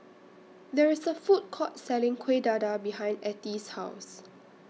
There IS A Food Court Selling Kuih Dadar behind Ethie's House